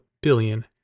billion